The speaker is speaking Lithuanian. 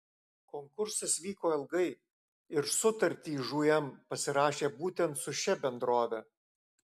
konkursas vyko ilgai ir sutartį žūm pasirašė būtent su šia bendrove